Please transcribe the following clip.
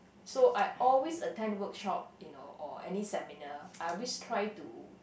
so I always attend workshop you know or any seminar I always try to